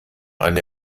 eine